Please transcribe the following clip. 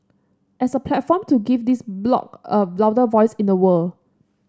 as a platform to give this bloc a louder voice in the world